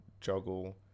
juggle